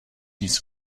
nic